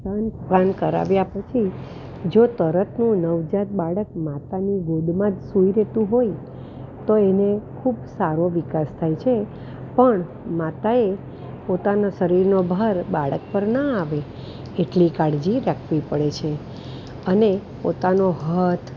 સ્તનપાન કરાવ્યાં પછી જો તરતનું નવજાત બાળક માતાની ગોદમાં જ સૂઈ રહેતું હોય તો એનો ખૂબ સારો વિકાસ થાય છે પણ માતાએ પોતાના શરીરનો ભાર બાળક પર ન આવે એટલી કાળજી રાખવી પડે છે અને પોતાનો હાથ